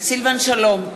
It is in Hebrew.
סילבן שלום,